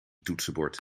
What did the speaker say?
toetsenbord